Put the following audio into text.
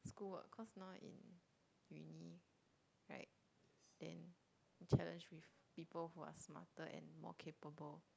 school work cause now in uni right then the challenge with people who are more smarter and more capable